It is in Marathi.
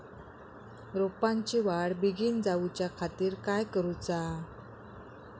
रोपाची वाढ बिगीन जाऊच्या खातीर काय करुचा?